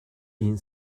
این